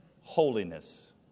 holiness